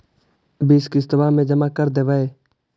बिस किस्तवा मे जमा कर देवै?